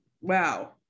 wow